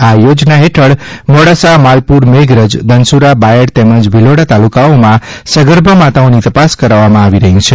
આ યોજના હેઠળ મોડાસા માલપુર મેઘરજ ધનસુરા બાયડ તેમજ ભિલોડા તાલુકાઓમાં સગર્ભા માતાઓની તપાસ કરવામાં આવી રહી છે